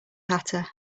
hatter